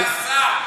לא, תענה לי.